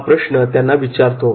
हा प्रश्न त्यांना विचारतो